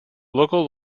local